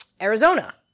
Arizona